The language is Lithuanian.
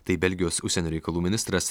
tai belgijos užsienio reikalų ministras